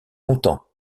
longtemps